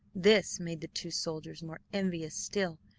this made the two soldiers more envious still,